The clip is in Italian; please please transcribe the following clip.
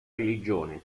religione